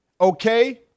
okay